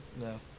No